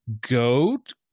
Goat